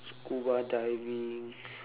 scuba diving